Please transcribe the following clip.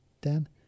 Dan